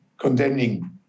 condemning